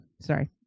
Sorry